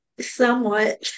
Somewhat